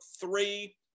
three